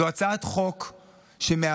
זו הצעת חוק שמהווה,